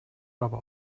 aber